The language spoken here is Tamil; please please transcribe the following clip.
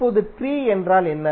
இப்போது ட்ரீ என்றால் என்ன